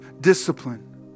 discipline